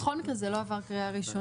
בכל מקרה זה לא עבר קריאה ראשונה.